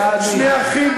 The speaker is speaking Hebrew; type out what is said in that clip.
תענה לי.